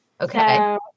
Okay